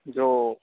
جو